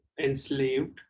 enslaved